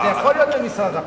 אז זה יכול להיות במשרד החוץ.